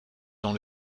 dans